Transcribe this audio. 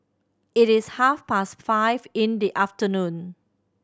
it is half past five in the afternoon